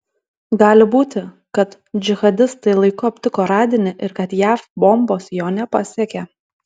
gali būti kad džihadistai laiku aptiko radinį ir kad jav bombos jo nepasiekė